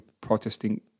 protesting